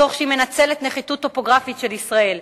תוך שהיא מנצלת נחיתות טופוגרפית של ישראל,